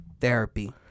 therapy